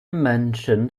mentioned